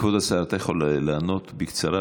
כבוד השר, אתה יכול לענות בקצרה.